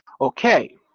Okay